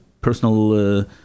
personal